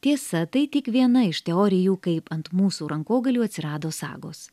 tiesa tai tik viena iš teorijų kaip ant mūsų rankogalių atsirado sagos